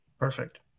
Perfect